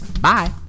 Bye